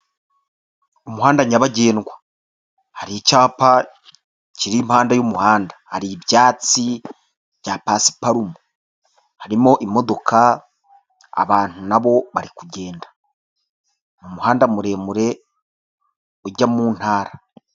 Umuhanda nyabagendwa. Hari icyapa kiri impande y'umuhanda. Hari ibyatsi bya pasiparume. Harimo imodoka, abantu nabo bari kugenda mu muhanda muremure ujya mu Ntara.